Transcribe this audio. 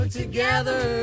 together